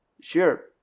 sure